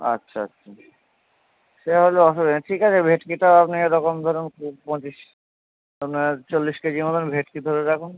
আচ্ছা আচ্ছা সে হলে অসুবিধা নেই ঠিক আছে ভেটকিটা আপনি এরকম ধরুন কুড়ি পঁচিশ আপনার চল্লিশ কেজি মতন ভেটকি ধরে রাখুন